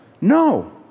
No